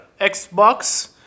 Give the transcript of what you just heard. Xbox